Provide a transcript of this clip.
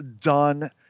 done